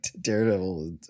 Daredevil